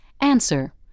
Answer